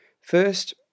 First